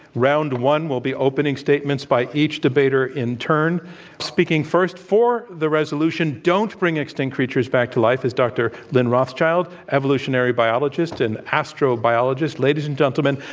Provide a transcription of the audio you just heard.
round one will be opening statements by each debater in turn. up speaking first for the resolution, don't bring extinct creatures back to life, is dr. lynn rothschild, evolutionary biologist and astrobiologist. ladies and gentlemen,